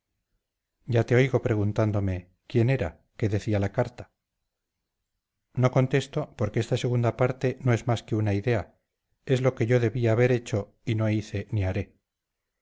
ya te oigo preguntándome quién era qué decía la carta no contesto porque esta segunda parte no es más que una idea es lo que yo debí haber hecho y no hice ni haré